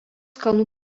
kalnų